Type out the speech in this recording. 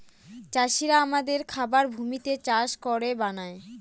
চাষিরা আমাদের খাবার ভূমিতে চাষ করে বানায়